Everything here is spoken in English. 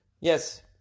Yes